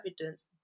evidence